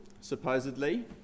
supposedly